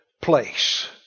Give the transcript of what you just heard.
place